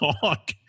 talk